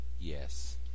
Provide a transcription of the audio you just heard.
yes